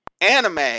anime